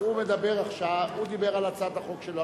הוא דיבר על הצעת החוק שלו.